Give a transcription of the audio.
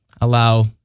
allow